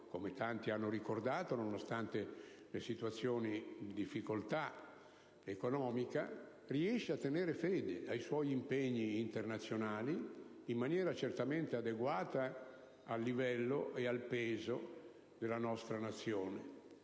(come tanti hanno ricordato), nonostante le situazioni di difficoltà economica, riesca a tenere fede ai suoi impegni internazionali in maniera certamente adeguata al livello e al peso della nostra Nazione.